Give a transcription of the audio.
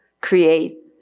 create